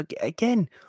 again